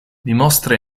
dimostra